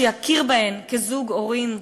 שיכיר בהן כזוג הורים,